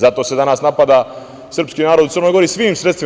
Zato se danas napada srpski narod u Crnoj Gori svi sredstvima.